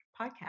podcast